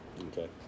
Okay